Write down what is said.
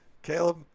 Caleb